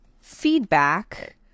feedback